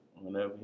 Whenever